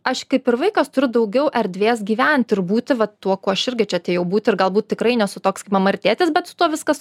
aš kaip ir vaikas turiu daugiau erdvės gyventi ir būti va tuo kuo aš irgi čia atėjau būti ir galbūt tikrai nesu toks mama ar tėtis bet su tuo viskas